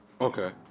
Okay